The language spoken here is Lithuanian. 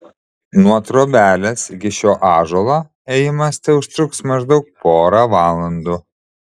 nuo trobelės iki šio ąžuolo ėjimas teužtruks maždaug porą valandų